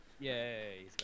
Yay